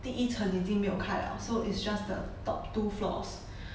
第一层已经没有看开 liao so it's just the top two floors